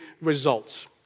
results